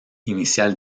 inicial